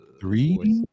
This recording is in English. three